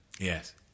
yes